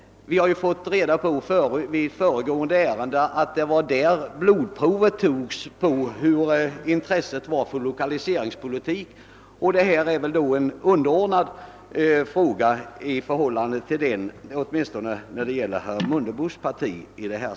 Vid behandlingen av det föregående ärendet fick vi ju höra att det var där som blodprovet togs på hur stort intresset är för lokaliseringspolitiken, och den fråga vi nu diskuterar är väl därför av underordnad betydelse, åtminstone vad gäller herr Mundebos parti.